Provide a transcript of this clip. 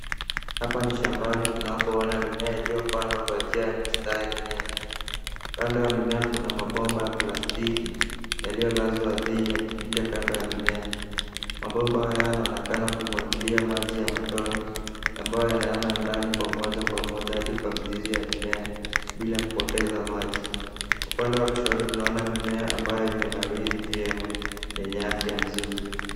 Hapa ni shambani tunapoona mimea iliyopandwa kwa njia ya mistari miema. Kando ya mimea kuna mabomba ya plastiki yaliyolazwa ardhini yakipita kando ya mimea. Mabomba haya yanaonekana kumwagilia maji ya matone ambayo yanaenda ndani moja kwa moja hadi kwa mizizi ya mimea bila kupoteza maji. Upande wa kushoto tunaona mimea ambayo imenawiri vyema yenye afya mzuri.